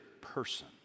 person